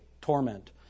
torment